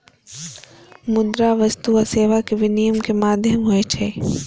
मुद्रा वस्तु आ सेवा के विनिमय के माध्यम होइ छै